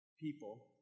people